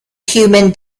human